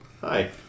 Hi